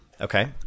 Okay